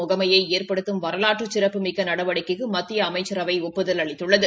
முகமையை ஏற்படுத்தும் வரலாற்று சிறப்புமிக்க நடவடிக்கைக்கு மத்திய அமைச்சரவை ஒப்புதல் அளித்துள்ளது